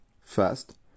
First